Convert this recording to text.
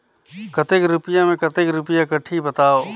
कतेक रुपिया मे कतेक रुपिया कटही बताव?